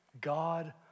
God